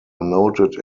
noted